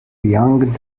young